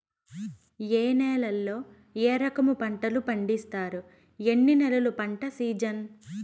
ఏ నేలల్లో ఏ రకము పంటలు పండిస్తారు, ఎన్ని నెలలు పంట సిజన్?